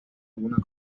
alguna